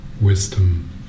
wisdom